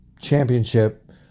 Championship